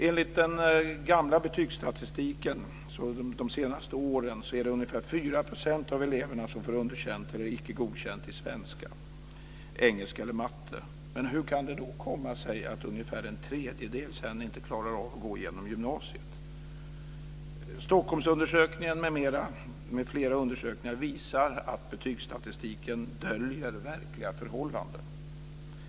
Enligt den gamla betygsstatistiken de senaste åren är det ungefär 4 % av eleverna som får underkänt eller icke godkänt i svenska, engelska eller matematik. Men hur kan det då komma sig att ungefär en tredjedel sedan inte klarar att gå genom gymnasiet? Stockholmsundersökningen med flera undersökningar visar att betygsstatistiken döljer verkliga förhållanden.